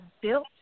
built